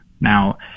Now